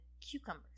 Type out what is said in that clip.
cucumbers